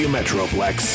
Metroplex